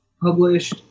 published